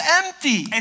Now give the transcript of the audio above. empty